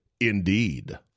Indeed